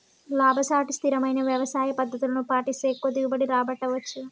లాభసాటి స్థిరమైన వ్యవసాయ పద్దతులను పాటిస్తే ఎక్కువ దిగుబడి రాబట్టవచ్చు